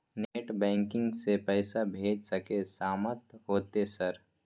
Net banking से पैसा भेज सके सामत होते सर?